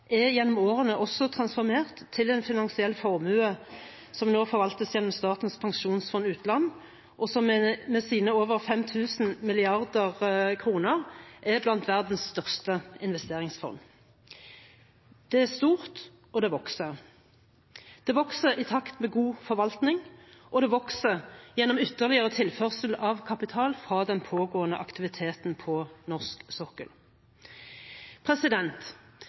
er gjennom årene også transformert til en finansiell formue som nå forvaltes gjennom Statens pensjonsfond utland, og som med sine over 5 000 mrd. kr er blant verdens største investeringsfond. Det er stort, og det vokser. Det vokser i takt med god forvaltning, og det vokser gjennom ytterligere tilførsel av kapital fra den pågående aktiviteten på norsk